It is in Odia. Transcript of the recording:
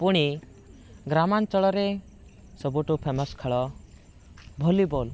ପୁଣି ଗ୍ରାମାଞ୍ଚଳରେ ସବୁଠୁ ଫେମସ ଖେଳ ଭଲିବଲ